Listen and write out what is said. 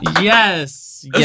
Yes